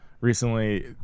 recently